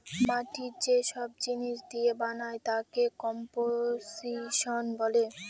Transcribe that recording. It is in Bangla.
মাটি যে সব জিনিস দিয়ে বানায় তাকে কম্পোসিশন বলে